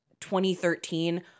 2013